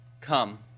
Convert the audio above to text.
come